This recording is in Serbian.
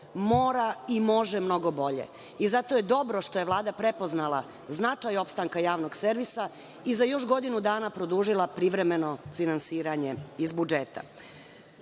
mora i može mnogo bolje i zato je dobro što je Vlada prepoznala značaj opstanka javnog servisa i za još godinu dana produžila privremeno finansiranje iz budžeta. Što